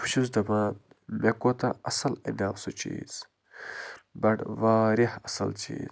بہٕ چھُس دَپان مےٚ کوٗتاہ اصل اَنیاو سُہ چیٖز بڈٕ وارِیاہ اصل چیٖز